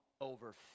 Over